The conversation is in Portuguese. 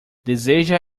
deseja